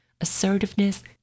assertiveness